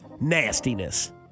Nastiness